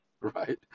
right